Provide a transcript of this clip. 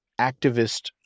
activist